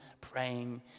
praying